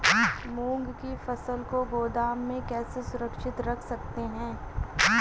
मूंग की फसल को गोदाम में कैसे सुरक्षित रख सकते हैं?